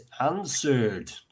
answered